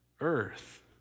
earth